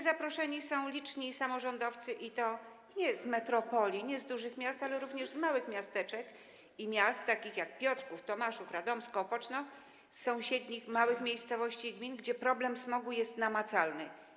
Zaproszeni są liczni samorządowcy, i to nie tylko z metropolii, dużych miast, ale również z małych miasteczek i miast takich jak Piotrków, Tomaszów, Radomsko, Opoczno, z sąsiednich małych miejscowości i gmin, gdzie problem smogu jest namacalny.